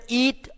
eat